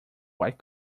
white